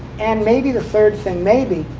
and maybe the third thing, maybe,